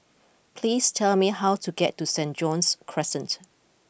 please tell me how to get to St John's Crescent